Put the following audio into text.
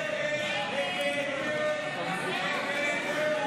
ההסתייגויות לסעיף 15 בדבר